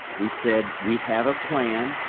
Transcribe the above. we said, we have a plan,